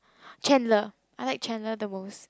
Chandler I like Chandler the most